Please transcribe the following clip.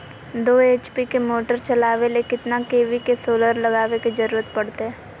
दो एच.पी के मोटर चलावे ले कितना के.वी के सोलर लगावे के जरूरत पड़ते?